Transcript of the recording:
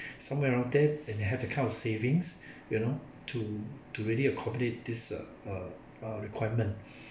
somewhere around there and they have the kind of savings you know to to really accommodate this uh uh requirement